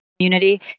community